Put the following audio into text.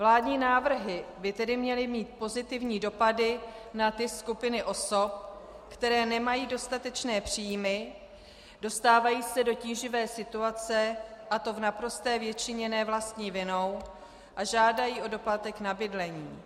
Vládní návrhy by tedy měly mít pozitivní dopady na ty skupiny osob, které nemají dostatečné příjmy, dostávají se do tíživé situace, a to v naprosté většině ne vlastní vinou, a žádají o doplatek na bydlení.